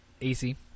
AC